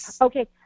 Okay